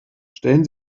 stellen